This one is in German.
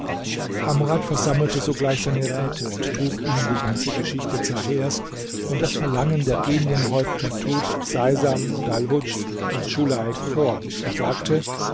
amrad versammelte sogleich seine räte und trug ihnen die ganze geschichte zahers und das verlangen der genienhäupter tud seisam dalhudsch und schuhalek vor und sagte